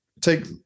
Take